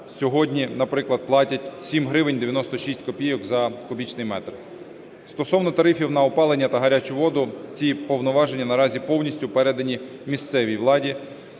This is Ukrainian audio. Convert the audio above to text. сьогодні, наприклад, платять 7 гривень 96 копійок за кубічний метр. Стосовно тарифів на опалення та гарячу воду. Ці повноваження наразі повністю передані місцевій владі.